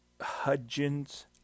Hudgens